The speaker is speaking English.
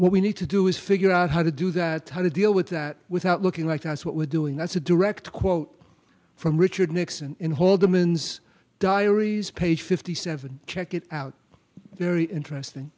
what we need to do is figure out how to do that how to deal with that without looking like that's what we're doing that's a direct quote from richard nixon and hold the men's diaries page fifty seven check it out very interesting